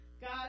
God